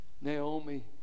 Naomi